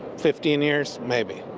fifteen years, maybe.